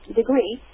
degree